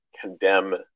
condemn